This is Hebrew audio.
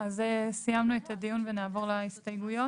אז סיימנו את הדיון ונעבור להסתייגויות.